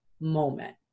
moment